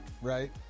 Right